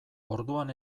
orduan